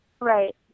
Right